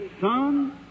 son